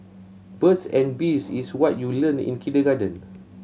birds and bees is what you learnt in kindergarten